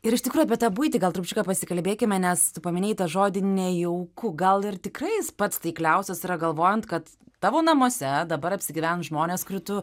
ir iš tikrųjų apie tą buitį gal trupučiuką pasikalbėkime nes tu paminėjai žodį nejauku gal ir tikrai jis pats taikliausias yra galvojant kad tavo namuose dabar apsigyvens žmonės kurių tu